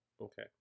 Okay